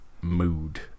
mood